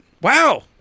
wow